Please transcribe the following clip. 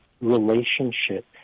relationship